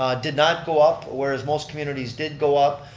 um did not go up, whereas most communities did go up,